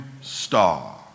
star